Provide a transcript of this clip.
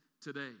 today